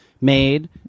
made